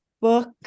book